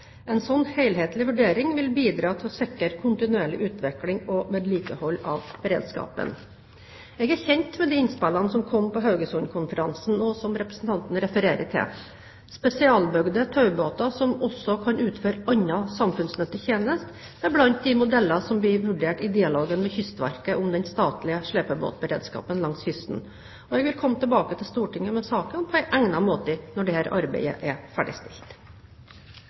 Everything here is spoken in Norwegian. En slik helhetlig vurdering vil bidra til å sikre kontinuerlig utvikling og vedlikehold av beredskapen. Jeg er kjent med de innspillene som kom på Haugesundkonferansen, og som representanten Halleraker refererte til. Spesialbygde taubåter som også kan utføre annen samfunnsnyttig tjeneste, er blant de modeller som blir vurdert i dialogen med Kystverket om den statlige slepebåtberedskapen langs kysten. Jeg vil komme tilbake til Stortinget med saken på egnet måte når dette arbeidet er ferdigstilt.